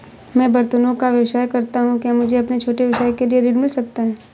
मैं बर्तनों का व्यवसाय करता हूँ क्या मुझे अपने छोटे व्यवसाय के लिए ऋण मिल सकता है?